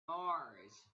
mars